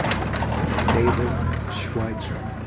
david schwitzer.